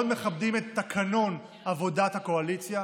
מאוד מכבדים את תקנון עבודת הקואליציה,